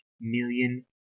million